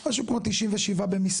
משהו כמו 97 במספר.